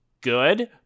good